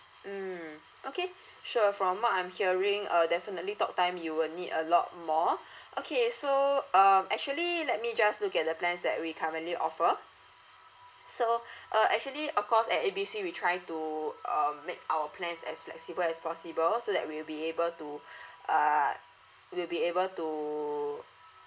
mm okay sure from what I'm hearing uh definitely talktime you will need a lot more okay so um actually let me just look at the plans that we currently offer so uh actually of course at A B C we try to um make our plans as flexible as possible so that we will be able to uh we'll be able to